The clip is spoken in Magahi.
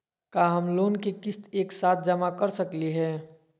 का हम लोन के किस्त एक साथ जमा कर सकली हे?